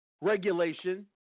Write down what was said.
regulation